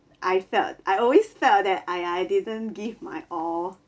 I felt I always felt that I I didn't give my all